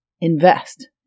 invest